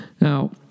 Now